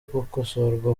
gukosorwa